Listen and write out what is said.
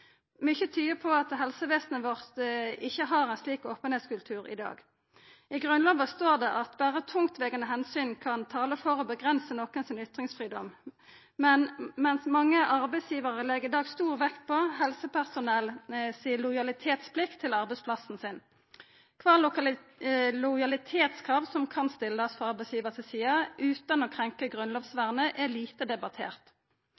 Mykje tyder på at helsevesenet vårt ikkje har ein slik openheitskultur i dag. I Grunnlova står det at berre «tungtveiende Hensyn» kan tala for å avgrensa nokon sin ytringsfridom. Men mange arbeidsgivarar legg i dag stor vekt på helsepersonell si lojalitetsplikt til arbeidsplassen sin. Kva lojalitetskrav som kan stillast frå arbeidsgivaren si side utan å